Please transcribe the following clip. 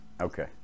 Okay